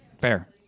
fair